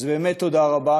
אז באמת, תודה רבה.